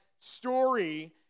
story